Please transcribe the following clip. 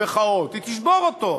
היא תשבור אותו.